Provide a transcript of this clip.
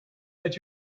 that